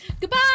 Goodbye